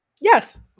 yes